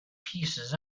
pieces